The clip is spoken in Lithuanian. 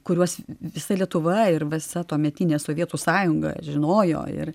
kuriuos visa lietuva ir visa tuometinė sovietų sąjunga žinojo ir